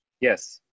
Yes